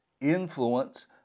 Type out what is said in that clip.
influence